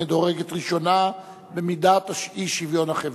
המדורגת ראשונה במידת האי-שוויון החברתי.